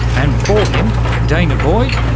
and before him danah boyd,